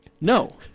No